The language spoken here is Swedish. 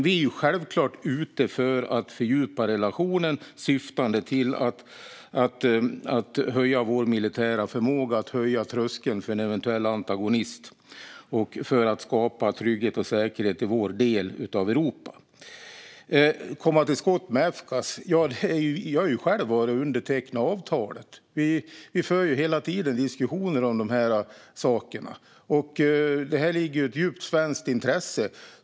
Vi är självklart ute efter att fördjupa relationen i syfte att höja vår militära förmåga, att höja tröskeln för en eventuell antagonist och att skapa trygghet och säkerhet i vår del av Europa. Pål Jonson talar om att komma till skott med FCAS. Jag har ju själv undertecknat avtalet om detta. Vi för hela tiden diskussioner om dessa saker. Här finns ett djupt svenskt intresse.